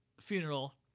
Funeral